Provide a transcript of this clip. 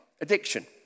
Addiction